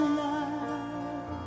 love